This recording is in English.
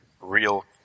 real